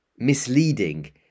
misleading